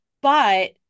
but-